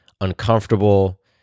uncomfortable